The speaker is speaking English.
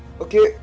Okay